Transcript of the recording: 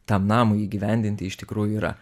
tam namui įgyvendinti iš tikrųjų yra